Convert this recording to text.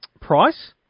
price